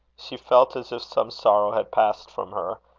she felt as if some sorrow had passed from her,